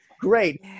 Great